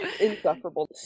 insufferable